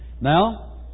Now